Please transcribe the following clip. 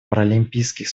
паралимпийских